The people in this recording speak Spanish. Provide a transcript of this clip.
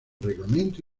reglamento